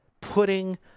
putting